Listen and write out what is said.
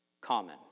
common